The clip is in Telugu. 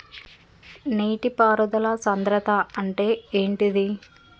నీటి పారుదల సంద్రతా అంటే ఏంటిది?